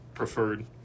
Preferred